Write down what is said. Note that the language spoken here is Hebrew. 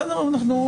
בסדר גמור.